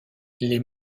les